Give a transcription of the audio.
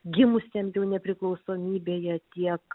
gimusiem jau nepriklausomybėje tiek